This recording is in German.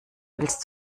willst